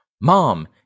Mom